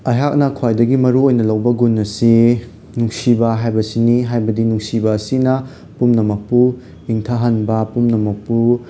ꯑꯩꯍꯥꯛꯅ ꯈ꯭ꯋꯥꯏꯗꯒꯤ ꯃꯔꯨ ꯑꯣꯏꯅ ꯂꯧꯕ ꯒꯨꯟ ꯑꯁꯤ ꯅꯨꯡꯁꯤꯕ ꯍꯥꯏꯕꯁꯤꯅꯤ ꯍꯥꯏꯕꯗꯤ ꯅꯨꯡꯁꯤꯕ ꯑꯁꯤꯅ ꯄꯨꯝꯅꯃꯛꯄꯨ ꯏꯪꯊꯍꯟꯕ ꯄꯨꯝꯅꯃꯛꯄꯨ